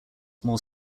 more